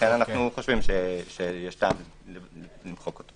לכן יש טעם למחוק אותו.